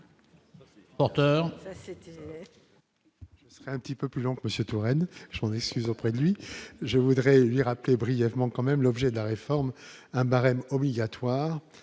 Porteur. Un petit peu plus long que Monsieur Touraine, je m'en excuse auprès de lui, je voudrais lui rappeler brièvement quand même l'objet de la réforme, un barème obligatoire